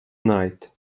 night